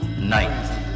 Night